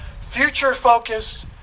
future-focused